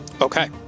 Okay